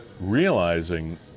Realizing